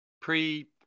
pre